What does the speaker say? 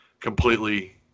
completely